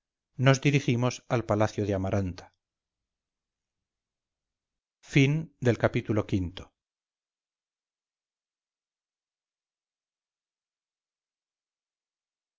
no dirigimos al palacio de amaranta